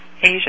Asia